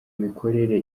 mikorere